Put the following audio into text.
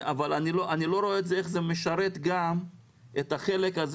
אבל אני לא רואה איך זה משרת את החלק הזה